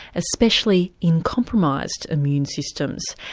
especially in compromised immune systems.